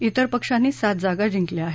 त्र पक्षांनी सात जागा जिंकल्या आहेत